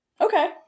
Okay